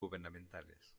gubernamentales